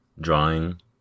Drawing